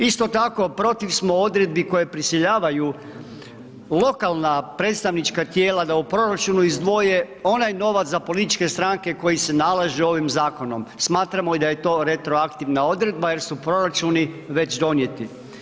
Isto tako, protiv smo odredbi koje prisiljavaju lokalna predstavnička tijela da u proračunu izdvoje onaj novac za političke stranke koji se nalaže ovim zakonom, smatramo da je to retroaktivna odredba jer su proračuni već donijeti.